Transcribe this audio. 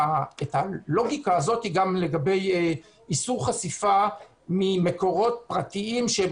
הלוגיקה הזאת גם לגבי איסור חשיפה ממקורות פרטיים שהם